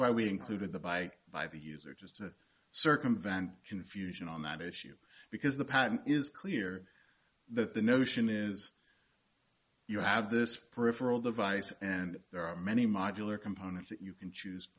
why we included the buy by the user just to circumvent confusion on that issue because the patent is clear that the notion is you have this peripheral device and there are many modular components that you can choose